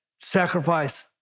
sacrifice